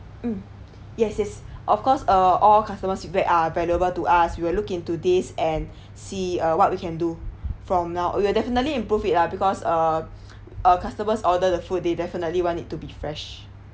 mm yes yes of course uh all customers va~ are valuable to us we will look into this and see uh what we can do from now we will definitely improve it lah because uh a customer order the food they definitely want it to be fresh